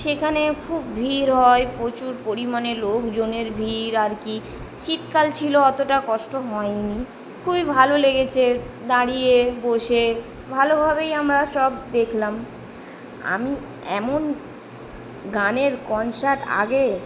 সেখানে খুব ভিড় হয় প্রচুর পরিমাণে লোকজনের ভিড় আর কি শীতকাল ছিলো অতটা কষ্ট হয় নি খুবই ভালো লেগেছে দাঁড়িয়ে বসে ভালোভাবেই আমরা সব দেখলাম আমি এমন গানের কনসার্ট আগে